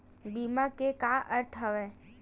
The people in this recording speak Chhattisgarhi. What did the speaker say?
बीमा के का अर्थ हवय?